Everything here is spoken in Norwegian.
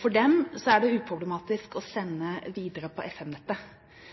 For dem er det uproblematisk å sende videre på